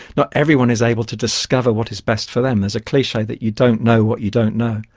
not everyone is able to discover what is best for them. there's a cliche that you don't know what you don't know.